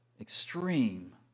extreme